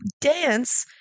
dance